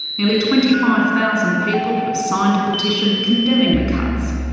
nearly twenty five thousand people have signed a petition condemning the cuts,